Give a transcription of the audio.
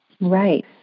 Right